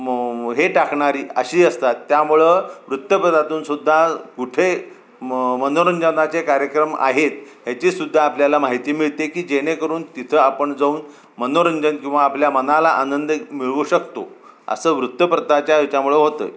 म हे टाकणारी अशी असतात त्यामुळं वृत्तपत्रातून सुद्धा कुठे म मनोरंजनाचे कार्यक्रम आहेत ह्याची सुद्धा आपल्याला माहिती मिळते की जेणेकरून तिथं आपण जाऊन मनोरंजन किंवा आपल्या मनाला आनंद मिळवू शकतो असं वृत्तपत्राच्या याच्यामुळं होतं आहे